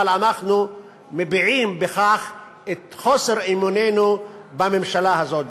אבל אנחנו מביעים בכך את חוסר אמוננו בממשלה הזאת.